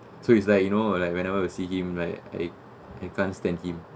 so it's like you know like whenever I see him like I I can't stand him